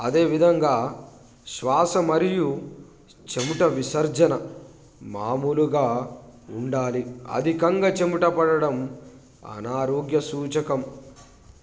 అదేవిధంగా శ్వాస మరియు చెమట విసర్జన మామూలుగా ఉండాలి అధికంగా చెమటపట్టడం అనారోగ్య సూచకం